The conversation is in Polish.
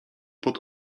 pod